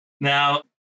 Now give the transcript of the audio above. Now